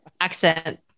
accent